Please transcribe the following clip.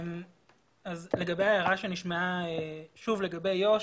לגבי ההערה שנשמעה לגבי איו"ש,